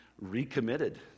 recommitted